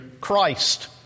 Christ